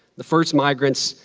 the first migrants,